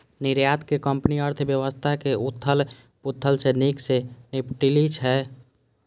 निर्यातक कंपनी अर्थव्यवस्थाक उथल पुथल सं नीक सं निपटि लै छै